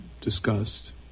discussed